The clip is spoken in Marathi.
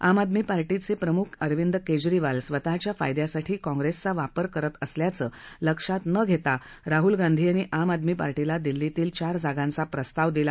आम आदमी पार्टीचे प्रमुख अरविंद केजरीवाल स्वतःच्या फायदासाठी काँग्रेसचा वापर करत असल्याचं लक्षात न घेता राहूल गांधी यांनी आम आदमी पार्टीला दिल्लीतील चार जागांचा प्रस्ताव दिला